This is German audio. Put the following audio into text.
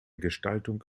gestaltung